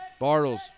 Bartles